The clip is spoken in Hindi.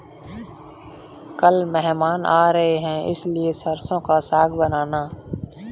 कल मेहमान आ रहे हैं इसलिए सरसों का साग बनाना